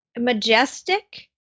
majestic